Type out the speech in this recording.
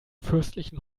fürstlichen